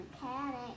mechanic